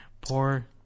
Poor